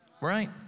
Right